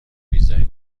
ویزای